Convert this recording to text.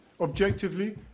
objectively